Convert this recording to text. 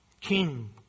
King